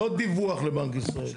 לא דיווח לבנק ישראל.